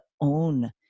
own